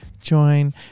join